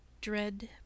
dread